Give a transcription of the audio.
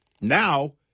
Now